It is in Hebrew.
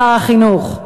שר החינוך,